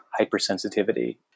hypersensitivity